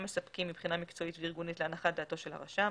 מספקים מבחינה מקצועית וארגונית להנחת דעתו של הרשם,